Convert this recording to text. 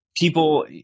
people